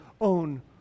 own